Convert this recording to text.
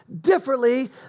differently